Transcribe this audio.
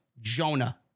Jonah